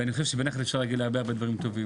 ואני חושב שבנחת אפשר להגיד הרבה הרבה דברים טובים.